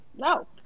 No